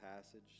passage